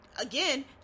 again